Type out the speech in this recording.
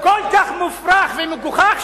מופרך ומגוחך,